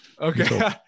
Okay